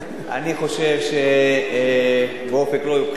אני חושב שבאופק, לא יהיו בחירות.